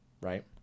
right